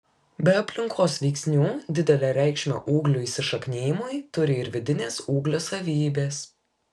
be aplinkos veiksnių didelę reikšmę ūglių įsišaknijimui turi ir vidinės ūglio savybės